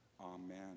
Amen